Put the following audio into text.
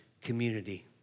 community